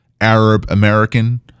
Arab-American